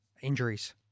injuries